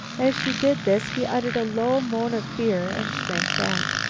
as she did this he uttered a low moan of fear and shrank back.